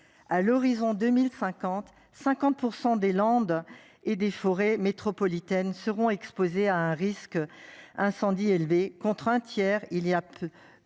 à l'horizon 2050 50%, des Landes et des forêts métropolitaine seront exposés à un risque d'incendie élevé contre un tiers, il y a un